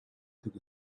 took